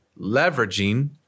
leveraging